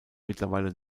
mittlerweile